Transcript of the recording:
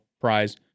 Prize